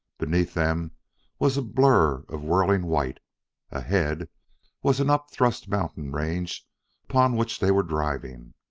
beneath them was a blur of whirling white ahead was an upthrust mountain range upon which they were driving.